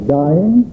dying